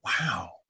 wow